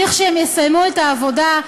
כשהם יסיימו את העבודה,